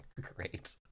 Great